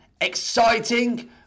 exciting